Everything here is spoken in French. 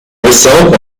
récente